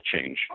change